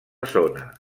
zona